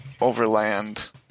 overland